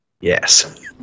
Yes